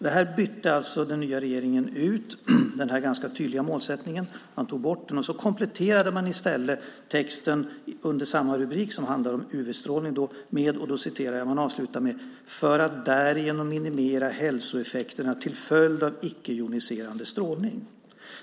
Den ganska tydliga målsättningen bytte den nya regeringen ut. Man tog bort den och kompletterade i stället texten under samma rubrik, som handlar om UV-strålning, med "för att därigenom minimera hälsoeffekterna till följd av icke-joniserande strålning".